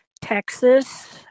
Texas